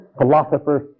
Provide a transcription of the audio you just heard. philosophers